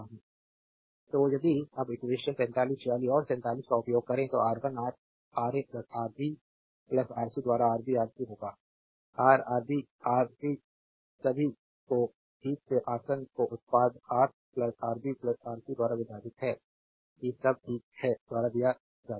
slide समय देखें 2424 तो यदि अब इक्वेशन 45 46 और 47 का उपयोग करें तो R1 R R A R B R C द्वारा आरबी आरसी होगा रा आरबी आर सी सभी को ठीक से आसन्न तो उत्पाद रा आरबी आर सी द्वारा विभाजित है कि सब ठीक है द्वारा दिया जाता है